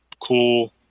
cool